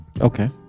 Okay